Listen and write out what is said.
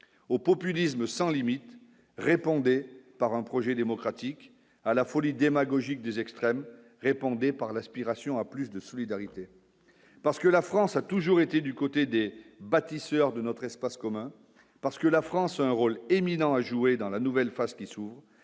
au populisme sans limite, répondez par un projet démocratique à la folie démagogique des extrêmes, répondez par l'aspiration à plus de solidarité parce que la France a toujours été du côté des bâtisseurs de notre espace commun parce que la France a un rôle éminent à jouer dans la nouvelle phase qui s'ouvrent,